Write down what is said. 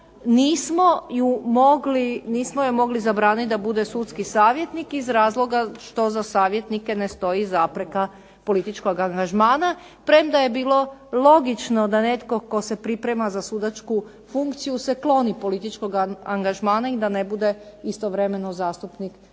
nismo joj mogli zabraniti da bude sudski savjetnik iz razloga što za savjetnike ne stoji zapreka političkog angažmana premda je bilo logično da netko tko se priprema za sudačku funkciju se kloni političkoga angažmana i da ne bude istovremeno zastupnik jedne